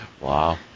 Wow